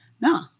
no